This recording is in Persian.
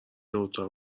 اتاق